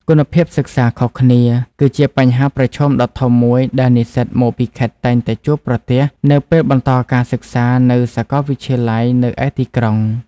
គុណភាពសិក្សាខុសគ្នា គឺជាបញ្ហាប្រឈមដ៏ធំមួយដែលនិស្សិតមកពីខេត្តតែងតែជួបប្រទះនៅពេលបន្តការសិក្សានៅសកលវិទ្យាល័យនៅឯទីក្រុង។